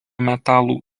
metalų